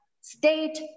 state